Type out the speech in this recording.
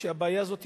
שהבעיה הזאת תיפתר,